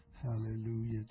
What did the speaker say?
Hallelujah